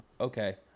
Okay